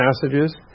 passages